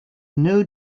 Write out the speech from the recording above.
new